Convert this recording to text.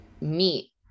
meet